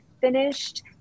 finished